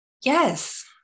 Yes